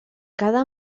cada